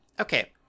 Okay